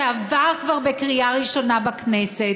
שעבר כבר בקריאה ראשונה בכנסת,